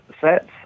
sets